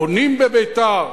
בונים בביתר.